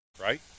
right